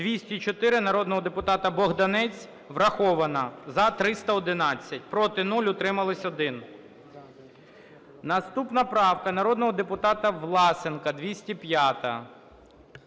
204, народного депутата Богданця врахована. За – 311, проти – 0, утримались – 1. Наступна правка народного депутата Власенка, 205-а.